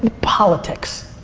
politics.